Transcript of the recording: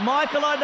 Michael